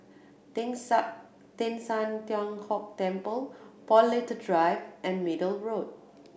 Teng San Teng San Tian Hock Temple Paul Little Drive and Middle Road